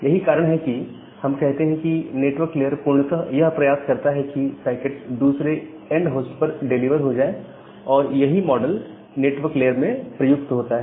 यही कारण है कि हम कहते हैं नेटवर्क लेयर पूर्णत यह प्रयास करता है कि पैकेट दूसरे एंड होस्ट पर डिलीवर हो और यही मॉडल नेटवर्क लेयर में प्रयुक्त होता है